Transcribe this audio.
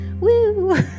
Woo